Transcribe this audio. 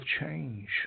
change